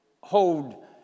hold